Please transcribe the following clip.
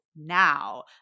now